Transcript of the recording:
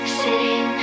sitting